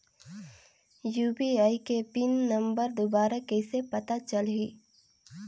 UPI के pin number दुबारा कइसे पता चलही?